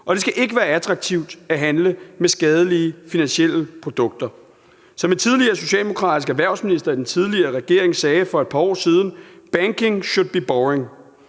og det skal ikke være attraktivt at handle med skadelige finansielle produkter. En tidligere socialdemokratisk erhvervsminister i den tidligere regering sagde for et par år siden: Banking should be boring.